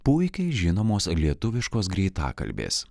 puikiai žinomos lietuviškos greitakalbės